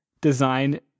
design